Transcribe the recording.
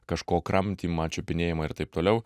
kažko kramtymą čiupinėjimą ir taip toliau